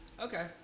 Okay